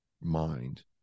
mind